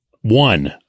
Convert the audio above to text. one